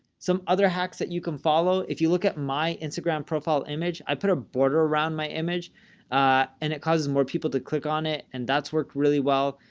some other hacks that you can follow. if you look at my instagram profile image, i put a border around my image and it causes more people to click on it. and that's worked really well.